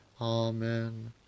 Amen